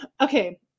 Okay